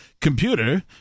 computer